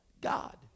God